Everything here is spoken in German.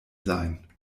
sein